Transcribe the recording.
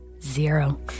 zero